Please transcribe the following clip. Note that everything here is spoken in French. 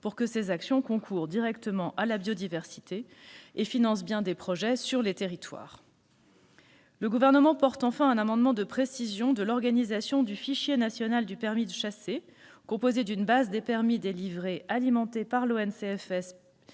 afin que ces actions concourent directement à la biodiversité et financent des projets dans les territoires. Le Gouvernement présentera enfin un amendement visant à préciser l'organisation du Fichier national du permis de chasser, qui sera composé d'une base des permis délivrés alimentée par l'ONCFS,